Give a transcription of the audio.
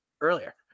earlier